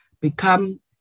become